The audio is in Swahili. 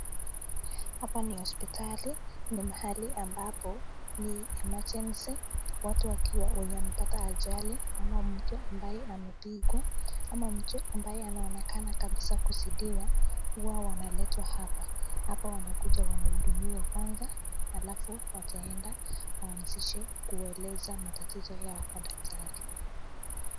Hapa ni hospitali ni mahali ambapo ni emergency watu wakiwa wenye wamepata ajali ama mtu ambaye amepigwa ama mtu ambaye anaonekana kabisaa kuzidiwa huwa wanaletwa hapa. Hapa wanakuja wanahudumiwa kwanza alafu wataenda waanzishe kueleza matatizo yao kwa daktari.